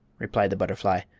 replied the butterfly.